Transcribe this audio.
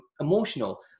emotional